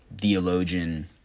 theologian